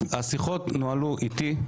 השיחות נוהלו אתי,